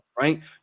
Right